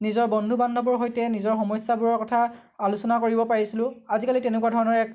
নিজৰ বন্ধু বান্ধৱৰ সৈতে নিজৰ সমস্যাবোৰৰ কথা আলোচনা কৰিব পাৰিছিলোঁ আজিকালি তেনেকুৱা ধৰণৰ এক